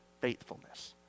faithfulness